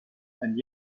and